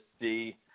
see